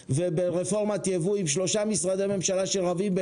וברפורמת ייבוא עם 3 משרדי ממשלה שרבים ביניהם.